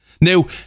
Now